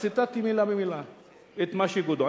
ציטטתי ממש מלה במלה את מה שכבודו,